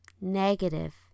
Negative